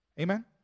Amen